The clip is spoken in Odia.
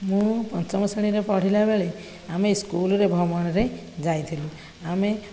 ମୁଁ ପଞ୍ଚମ ଶ୍ରେଣୀରେ ପଢ଼ିଲା ବେଳେ ଆମେ ସ୍କୁଲରେ ଭ୍ରମଣରେ ଯାଇଥିଲୁ ଆମେ